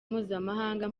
mpuzamahanga